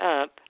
up